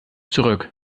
zurück